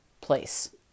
place